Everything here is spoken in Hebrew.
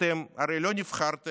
אתם הרי לא נבחרתם